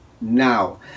now